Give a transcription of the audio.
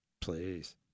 Please